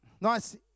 nice